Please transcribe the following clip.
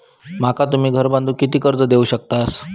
माका तुम्ही घर बांधूक किती कर्ज देवू शकतास?